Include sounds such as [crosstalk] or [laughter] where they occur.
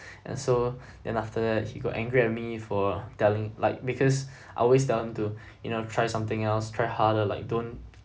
[breath] and so [breath] then after that he got angry at me for telling like because I always tell him to you know try something else try harder like don't